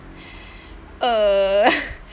uh